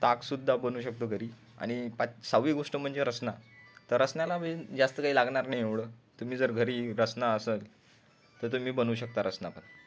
ताकसुध्दा बनवू शकतो घरी आणि पाच सहावी गोष्ट म्हणजे रसना तर रसनाला बी जास्त काही लागणार नाही एवढं तुम्ही जर घरी रसना असलं तर तुम्ही बनवू शकता रसना पण